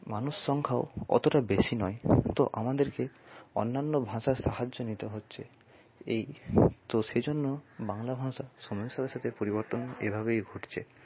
মানুষ সংখ্যাও অতোটা বেশি নয় তো আমাদেরকে অন্যান্য ভাষার সাহায্য নিতে হচ্ছে এই তো সেজন্য বাংলা ভাষা সময়ের সাথে সাথে পরিবর্তন এভাবেই ঘটছে